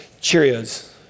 Cheerios